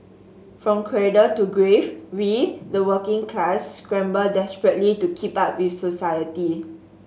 from cradle to grave we the working class scramble desperately to keep up with society